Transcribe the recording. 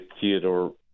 Theodore